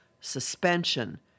suspension